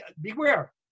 Beware